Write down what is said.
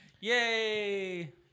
Yay